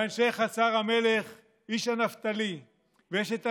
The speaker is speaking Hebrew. ואנשי חצר המלך, איש הנפתלי ואשת הליליאן,